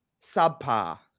subpar